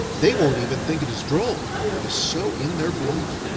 they won't even think it is droll, it is so in their blood.